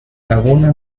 laguna